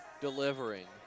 delivering